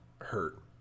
hurt